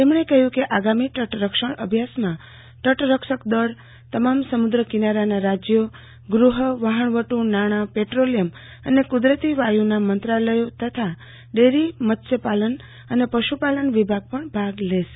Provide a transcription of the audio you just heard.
તેમણે કહ્યું કે આગામી તટરક્ષણ અભ્યાસમાં તટરક્ષકદળ તમામ સમુદ્રકિનારાના રાજયો ગૃહ વહાણવટુ નાણાં પેટ્રોલિયમ અને કુદરતી વાયુના મંત્રાલયો તથા ડેરી મત્સ્યપાલન અને પશુપાલન વિભાગ પણ ભાગ લેશે